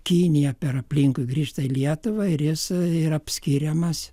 kiniją per aplinkui grįžta į lietuvą ir jis yra skiriamas